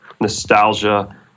nostalgia